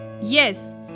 Yes